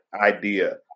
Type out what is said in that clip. idea